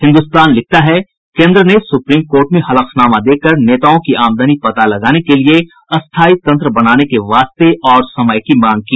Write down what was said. हिन्दुस्तान लिखता है केन्द्र ने सुप्रीम कोर्ट में हलफनामा देकर नेताओं की आमदनी का पता लगाने के लिए स्थायी तंत्र बनाने के वास्ते और समय की मांग की